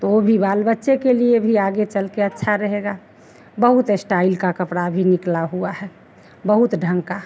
तो भी बाल बच्चे के लिए भी आगे चल कर अच्छा रहेगा बहुत अस्टाईल का कपड़ा भी निकला हुआ है बहुत ढंग का